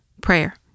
prayer